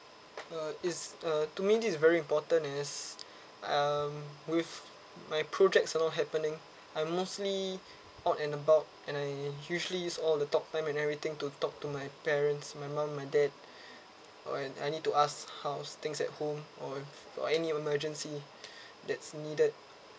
uh is uh to me this is very important is um with my projects along happening I mostly out and about and I usually use all the talk time and everything to talk to my parents my mom my dad or and I need to ask house things at home or or any emergency that's needed